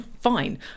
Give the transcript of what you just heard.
fine